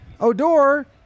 Odor